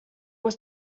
was